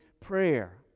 prayer